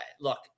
look